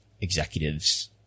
executives